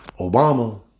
Obama